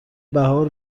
بهار